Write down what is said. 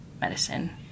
medicine